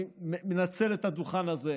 אני מנצל את הדוכן הזה